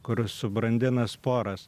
kur subrandina sporas